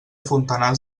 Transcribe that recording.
fontanars